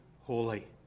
holy